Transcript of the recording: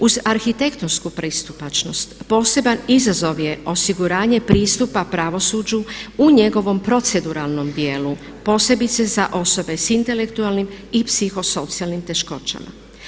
Uz arhitektonsku pristupačnost poseban izazov je osiguranje pristupa pravosuđu u njegovom proceduralnom dijelu posebice za osobe s intelektualnim i psihosocijalnim teškoćama.